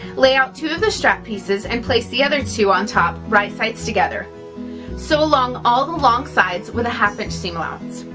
lay out two of the strap pieces and place the other two on top right sides together sew along the long sides with a half inch seam alowance